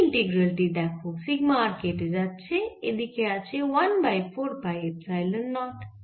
এই ইন্টিগ্রাল টি দেখো সিগমা r কেটে যাচ্ছে এদিকে আছে 1 বাই 4 পাই এপসাইলন নট